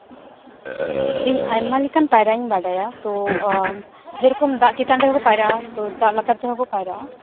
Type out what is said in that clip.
ᱤᱧ ᱟᱭᱢᱟ ᱞᱮᱠᱟᱱ ᱯᱟᱭᱨᱟᱜ ᱤᱧ ᱵᱟᱰᱟᱭᱟ ᱛᱳ ᱡᱮᱨᱚᱠᱚᱢ ᱫᱟᱜ ᱪᱮᱛᱟᱱ ᱨᱮᱠᱚ ᱯᱟᱭᱟᱨᱟᱜᱼᱟ ᱫᱟᱜ ᱞᱟᱛᱟᱨ ᱛᱮᱦᱚᱸᱠᱚ ᱯᱟᱭᱨᱟᱜᱼᱟ